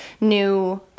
New